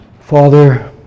Father